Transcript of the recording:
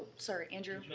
sorry, andrew.